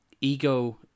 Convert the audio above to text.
ego